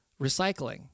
recycling